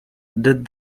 that